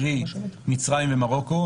קרי מצרים ומרוקו,